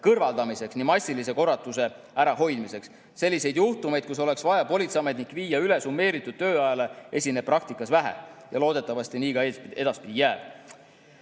kõrvaldamiseks ning massilise korratuse ärahoidmiseks. Selliseid juhtumeid, kui oleks vaja politseiametnik viia üle summeeritud tööajale, esineb praktikas vähe ja loodetavasti nii ka edaspidi jääb.